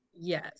Yes